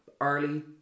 early